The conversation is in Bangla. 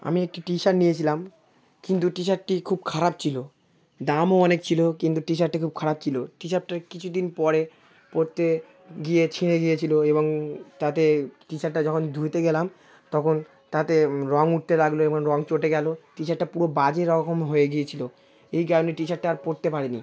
আমি একটি টি শার্ট নিয়েছিলাম কিন্তু টি শার্টটি খুব খারাপ ছিলো দামও অনেক ছিলো কিন্তু টি শার্টটি খুব খারাপ ছিলো টি শার্টটা কিছু দিন পরে পরতে গিয়ে ছিঁড়ে গিয়েছিলো এবং তাতে টি শার্টটা যখন ধুতে গেলাম তখন তাতে রঙ উঠতে লাগলো এবং রঙ চটে গেলো টি শার্টটা পুরো বাজে রকম হয়ে গিয়েছিলো এই কারণে টি শার্টটা আর পরতে পারি নি